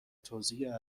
توزیع